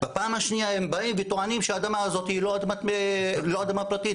בפעם השנייה הם באים והם טוענים שאדמה הזאת היא לא אדמה פרטית,